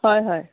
হয় হয়